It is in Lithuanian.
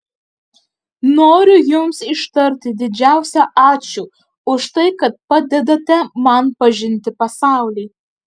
noriu jums ištarti didžiausią ačiū už tai kad padedate man pažinti pasaulį